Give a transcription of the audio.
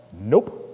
Nope